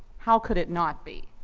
how could it not be?